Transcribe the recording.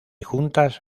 juntas